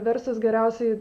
versis geriausiai